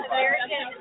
American